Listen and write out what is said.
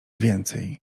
więcej